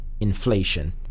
inflation